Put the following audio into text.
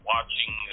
watching